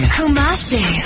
Kumasi